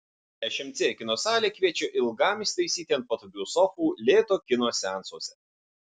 šmc kino salė kviečia ilgam įsitaisyti ant patogių sofų lėto kino seansuose